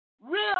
real